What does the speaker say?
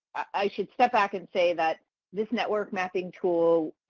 i should step back and say that this network mapping tool